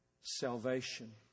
salvation